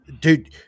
Dude